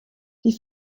die